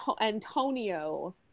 Antonio